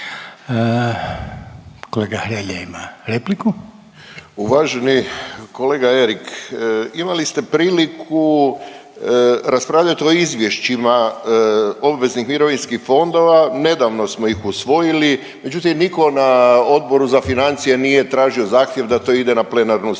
Silvano (Nezavisni)** Uvaženi kolega Erik, imali ste priliku raspravljat o izvješćima obveznih mirovinskih fondova, nedavno smo ih usvojili, međutim niko na Odboru za financije nije tražio zahtjev da to ide na plenarnu sjednicu.